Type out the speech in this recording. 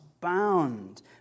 bound